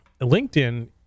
LinkedIn